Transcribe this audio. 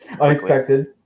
Unexpected